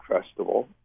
Festival